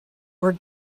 were